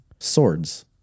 swords